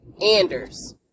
Anders